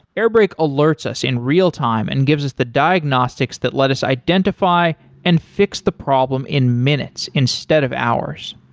airbrake alerts us in real time and gives us the diagnostics that let us identify and fix the problem in minutes instead of hours.